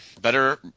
better